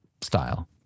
style